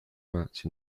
match